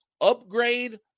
upgrade